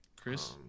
Chris